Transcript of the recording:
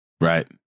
Right